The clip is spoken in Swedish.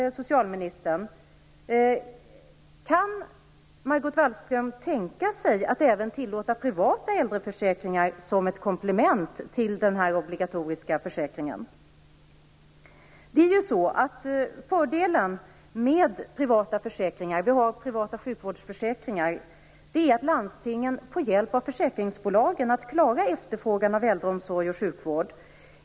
Kan Margot Wallström tänka sig att även tillåta privata äldreförsäkringar som ett komplement till den obligatoriska försäkringen? Fördelen med privata försäkringar - vi har ju privata sjukvårdsförsäkringar - är att landstingen får hjälp av försäkringsbolagen att klara efterfrågan på äldreomsorg och sjukvård.